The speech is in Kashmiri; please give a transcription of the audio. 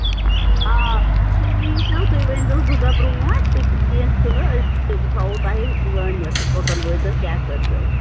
آ تُہۍ ییٖزیٚو تُہۍ ؤنۍ زیٚو زٕ دۄہ برٛونٛٹھ تہٕ کیٚنٛہہ چھُنہٕ أسۍ تھاوو تۄہہِ ؤنِتھ کوٚت وٲتۍزیٚو کیٛاہ کٔرۍزیٚو